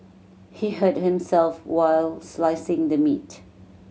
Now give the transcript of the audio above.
he hurt himself while slicing the meat